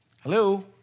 Hello